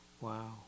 Wow